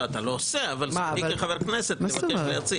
אתה לא עושה אבל זכותי כחבר כנסת לבקש להציע.